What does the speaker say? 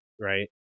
right